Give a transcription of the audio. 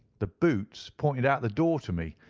the boots pointed out the door to me,